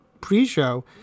pre-show